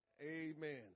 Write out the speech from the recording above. Amen